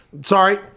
Sorry